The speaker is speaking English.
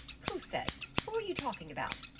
who said? who are you talking about?